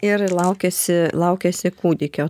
ir laukiasi laukiasi kūdikio